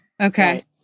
Okay